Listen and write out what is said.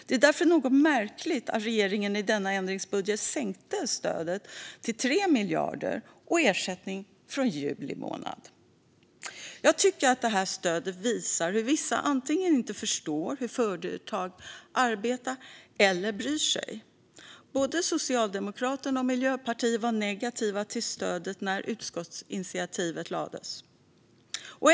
Det är därför något märkligt att regeringen i denna ändringsbudget har sänkt stödet till 3 miljarder och föreslår att ersättningen ska gälla från juli månad. Jag tycker att förslaget visar att vissa antingen inte förstår hur företag arbetar eller inte bryr sig. Både Socialdemokraterna och Miljöpartiet var negativa till stödet när utskottsinitiativet lades fram.